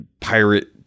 pirate